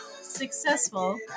successful